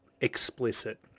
explicit